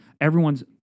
everyone's